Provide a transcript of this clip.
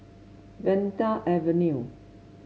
Vanda Avenue